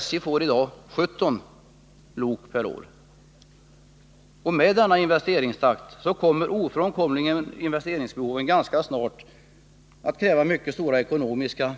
SJ får i dag 17 lok per år. Med denna investeringstakt kommer investeringsbehovet ofrånkomligen ganska snart att kräva mycket stora ekonomiska